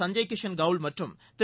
சஞ்சய் கிஷன் கவுல் மற்றும் திரு